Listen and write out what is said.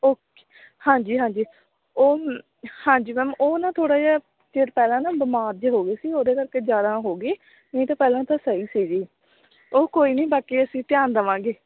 okay ਹਾਂਜੀ ਹਾਂਜੀ ਉਹ ਹਾਂਜੀ ਮੈਮ ਉਹ ਨਾ ਥੋੜ੍ਹਾ ਜਿਹਾ ਚਿਰ ਪਹਿਲਾਂ ਨਾ ਬਿਮਾਰ ਜੇ ਹੋ ਗਏ ਸੀ ਉਹਦੇ ਕਰਕੇ ਜ਼ਿਆਦਾ ਹੋ ਗਏ ਨਹੀਂ ਤਾਂ ਪਹਿਲਾਂ ਤਾਂ ਸਹੀ ਸੀਗੀ ਉਹ ਕੋਈ ਨਹੀਂ ਬਾਕੀ ਅਸੀਂ ਧਿਆਨ ਦੇਵਾਂਗੇ